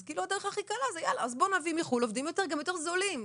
אז כאילו הדרך הכי קלה היא להביא מחו"ל עובדים גם יותר זולים.